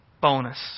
bonus